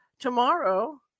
Tomorrow